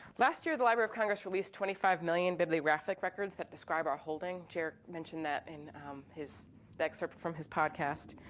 last year, the library of congress released twenty five million bibliographic records that describe our holding. jer mentioned that in the excerpt from his podcast.